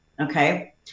Okay